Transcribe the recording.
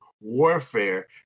warfare